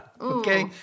Okay